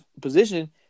position